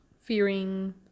fearing